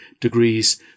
degrees